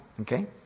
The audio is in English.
Okay